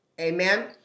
amen